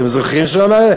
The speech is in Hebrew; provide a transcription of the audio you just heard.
אתם זוכרים שהוא אמר?